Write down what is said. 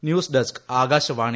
news desk Akashvani